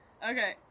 Okay